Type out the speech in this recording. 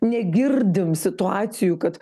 negirdim situacijų kad